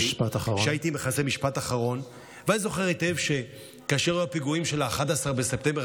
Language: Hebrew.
אני זוכר היטב שכאשר היו הפיגועים של 11 בספטמבר,